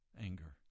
anger